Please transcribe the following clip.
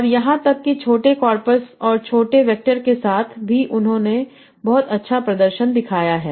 और यहां तक कि छोटे कॉर्पस और छोटे वैक्टर के साथ भी उन्होंने बहुत अच्छा प्रदर्शन दिखाया है